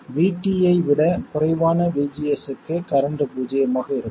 VT ஐ விட குறைவான VGS க்கு கரண்ட் பூஜ்ஜியமாக இருக்கும்